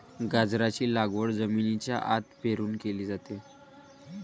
गाजराची लागवड जमिनीच्या आत पेरून केली जाते